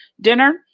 dinner